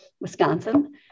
Wisconsin